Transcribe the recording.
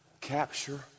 capture